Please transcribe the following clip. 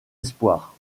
espoir